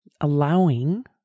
allowing